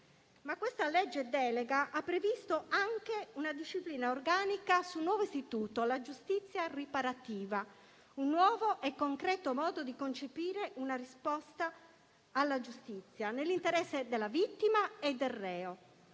Questa legge delega ha previsto anche una disciplina organica del nuovo istituto della giustizia riparativa: un nuovo e concreto modo di concepire una risposta alla giustizia, nell'interesse della vittima e del reo,